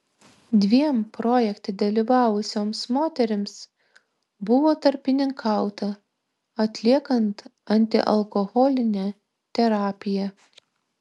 dviem projekte dalyvavusioms moterims buvo tarpininkauta atliekant antialkoholinę terapiją